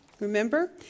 Remember